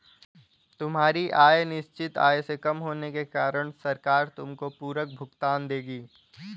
तुम्हारी आय निश्चित आय से कम होने के कारण सरकार तुमको पूरक भुगतान करेगी